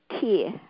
key